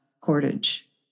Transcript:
cordage